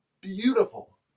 beautiful